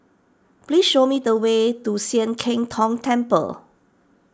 please show me the way to Sian Keng Tong Temple